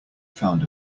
found